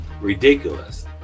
ridiculous